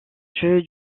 jeu